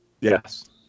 Yes